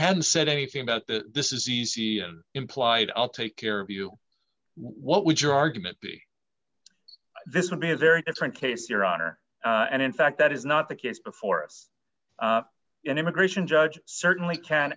hadn't said anything about that this is easy implied i'll take care of you what would your argument be this would be a very different case your honor and in fact that is not the case before us an immigration judge certainly can